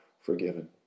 forgiven